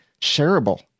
shareable